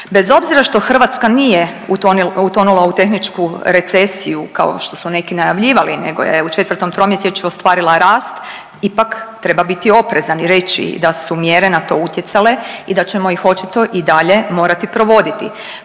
Bez obzira što Hrvatska nije utonula u tehničku recesiju kao što su neki najavljivali nego je u 4 tromjesečju ostvarila rast ipak treba biti oprezan i reći da su mjere na to utjecale i da ćemo ih očito i dalje morati provoditi.